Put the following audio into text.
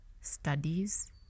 studies